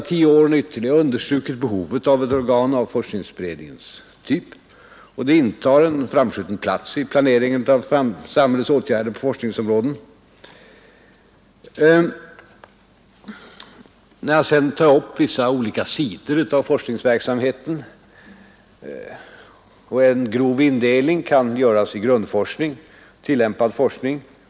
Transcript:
Tillämpningen av principen att de vetenskapligt sett bästa projekten skall stödjas och sådana områden främjas, där vi har de bästa forskarna, är sannolikt en garanti för att rådens medel kommer till bästa användning.